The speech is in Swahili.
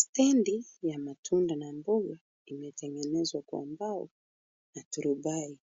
Stendi ya matunda na mboga imetengenezwa kwa mbao na turubai,